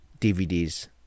DVDs